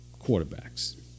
quarterbacks